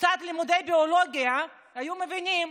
עם קצת לימודי ביולוגיה היו גם מבינים